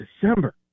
December